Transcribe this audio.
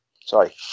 sorry